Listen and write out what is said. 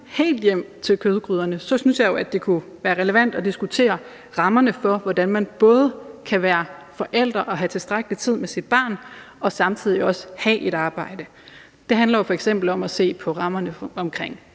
helt hjem til kødgryderne, synes jeg jo, at det kunne være relevant at diskutere rammerne for, hvordan man både kan være forælder og have tilstrækkelig tid med sit barn og samtidig også have et arbejde. Det handler f.eks. om at se på rammerne omkring